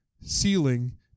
ceiling